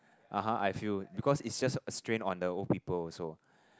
(uh huh) I feel because it just a strength on the old people also